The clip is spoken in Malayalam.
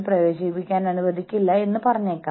പക്ഷേ ഞാൻ ഇത് വീണ്ടും വീണ്ടും പറയുന്നു